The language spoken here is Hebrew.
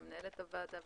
למנהלת הוועדה,